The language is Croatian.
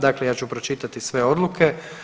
Dakle, ja ću pročitati sve odluke.